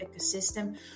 ecosystem